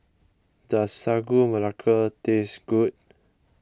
does Sagu Melaka taste good